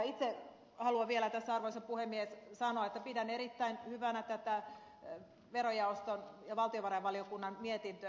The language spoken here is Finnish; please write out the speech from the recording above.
itse haluan vielä tässä arvoisa puhemies sanoa että pidän erittäin hyvänä tätä verojaoston ja valtiovarainvaliokunnan mietintöä